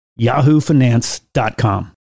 yahoofinance.com